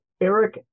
Eric